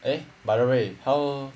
eh by the way how